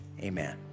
amen